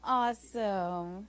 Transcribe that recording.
awesome